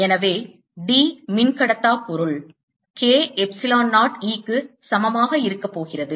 எனவே D மின்கடத்தா பொருள் K எப்சிலோன் 0 E க்கு சமமாக இருக்கப் போகிறது